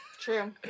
True